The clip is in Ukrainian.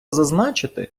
зазначити